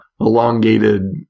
Elongated